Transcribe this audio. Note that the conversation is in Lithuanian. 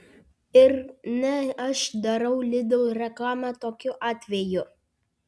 ir ne aš darau lidl reklamą tokiu atveju